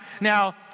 now